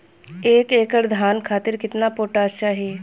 एक एकड़ धान खातिर केतना पोटाश चाही?